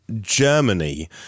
Germany